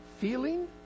Feeling